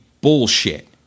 bullshit